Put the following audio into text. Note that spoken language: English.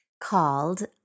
called